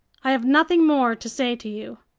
i have nothing more to say to you.